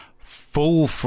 full